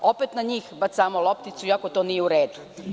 Opet na njih bacamo lopticu, iako to nije u redu.